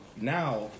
now